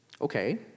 Okay